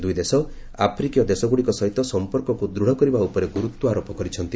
ଦୁଇ ଦେଶ ଆଫ୍ରିକୀୟ ଦେଶଗୁଡ଼ିକ ସହିତ ସମ୍ପର୍କକୁ ଦୂଢ଼ କରିବା ଉପରେ ଗୁରୁତ୍ୱ ଆରୋପ କରିଛନ୍ତି